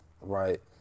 right